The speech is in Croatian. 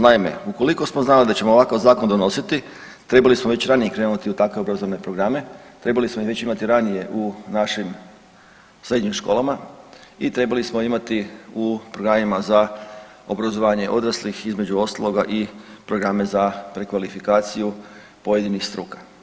Naime, ukoliko smo znači da ćemo ovakav zakon donositi trebali smo već ranije krenuti u takve obrazovne programe, trebali smo ih već imati ranije u našim srednjim školama i trebali smo imati u programima za obrazovanje odraslih između ostaloga i programe za prekvalifikaciju pojedinih struka.